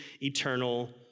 eternal